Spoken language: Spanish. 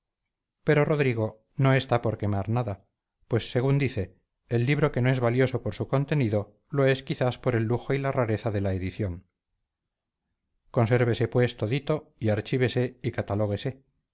pero rodrigo no está por quemar nada pues según dice el libro que no es valioso por su contenido lo es quizás por el lujo y la rareza de la edición consérvese pues todito y archívese y catalóguese y